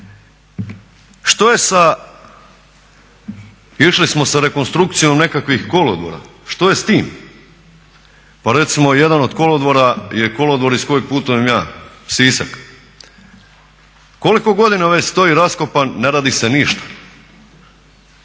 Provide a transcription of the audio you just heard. Što je sa, išli smo sa rekonstrukcijom nekakvih kolodvora, što je s tim? Pa recimo jedan od kolodvora je kolodvor iz kojeg putujem ja Sisak. Koliko godina već stoji raskopan, ne radi se ništa?